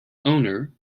owner